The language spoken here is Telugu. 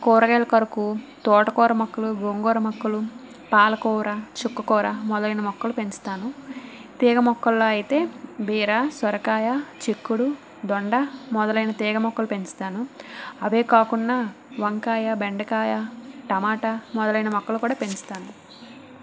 కూరగాయల కొరకు తోటకూర మొక్కలు గోంగూర మొక్కలు పాలకూర చుక్కకూర మొదలైన మొక్కలు పెంచుతాను తీగ మొక్కల్లో అయితే బీర సొరకాయ చిక్కుడు దొండ మొదలైన తీగ మొక్కలు పెంచుతాను అవే కాకుండా వంకాయ బెండకాయ టమాటా మొదలైన మొక్కలు కూడా పెంచుతాను